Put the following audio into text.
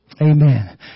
Amen